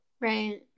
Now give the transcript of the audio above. Right